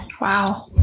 Wow